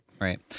right